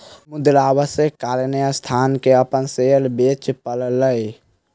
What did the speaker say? मुद्रा अभावक कारणेँ संस्थान के अपन शेयर बेच पड़लै